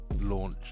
launch